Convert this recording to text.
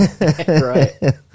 Right